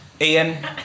Ian